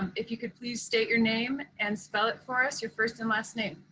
um if you could please state your name and spell it for us, your first and last name.